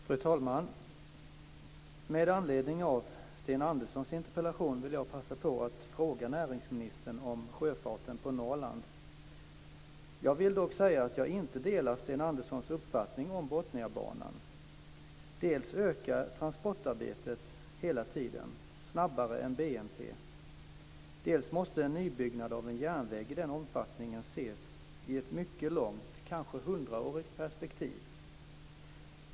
Fru talman! Med anledning av Sten Anderssons interpellation vill jag passa på att fråga näringsministern om sjöfarten på Norrland. Jag vill dock säga att jag inte delar Sten Anderssons uppfattning om Botniabanan. Dels ökar transportarbetet hela tiden, snabbare än BNP, dels måste en nybyggnad av järnväg i den här omfattningen ses i ett mycket långt - kanske hundraårigt - perspektiv.